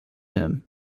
him